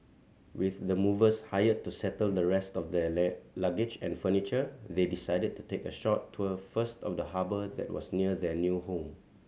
with the movers hired to settle the rest of their luggage and furniture they decided to take a short tour first of the harbour that was near their new home